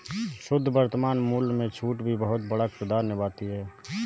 शुद्ध वर्तमान मूल्य में छूट भी बहुत बड़ा किरदार निभाती है